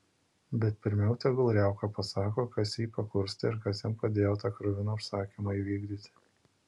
bet pirmiau tegul riauka pasako kas jį pakurstė ir kas jam padėjo tą kruviną užsakymą įvykdyti